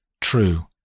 True